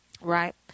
right